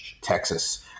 Texas